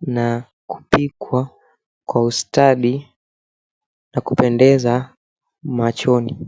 na kupikwa kwa ustadi na kupendeza machoni.